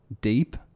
deep